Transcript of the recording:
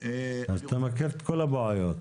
אז אתה מכיר את כל הבעיות.